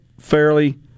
fairly